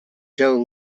joe